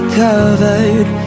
covered